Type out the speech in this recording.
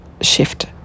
shift